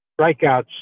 strikeouts